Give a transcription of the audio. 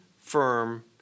firm